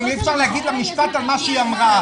אם אי אפשר להגיד לה משפט על מה שהיא אמרה.